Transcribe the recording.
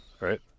right